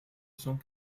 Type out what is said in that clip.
cent